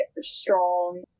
strong